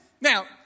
Now